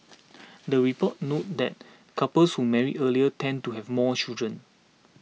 the report noted that couples who marry earlier tend to have more children